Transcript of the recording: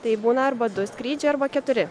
tai būna arba du skrydžiai arba keturi